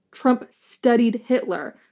trump studied hitler.